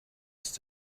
ist